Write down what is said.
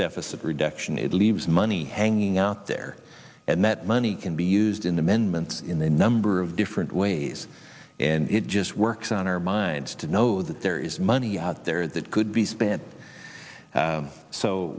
deficit reduction it leaves money hanging out there and that money can be used in the men meant in a number of different ways and it just works on our minds to know that there is money out there that could be spent